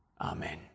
Amen